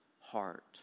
heart